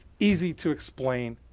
easy to explain.